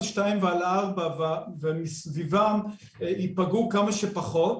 שתיים ועל ארבע ומסביבם ייפגעו כמה שפחות,